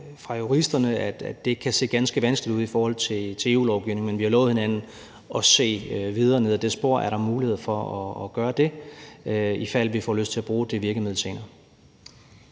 fra juristerne, at det kan se ganske vanskeligt ud i forhold til EU-lovgivning, men vi har lovet hinanden at se videre ned ad det spor, om der er mulighed for at gøre det, ifald vi får lyst til at bruge det virkemiddel senere.